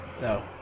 No